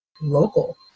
local